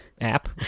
app